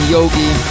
Yogi